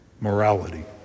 morality